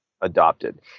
adopted